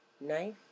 knife